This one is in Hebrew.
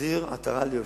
להחזיר עטרה ליושנה,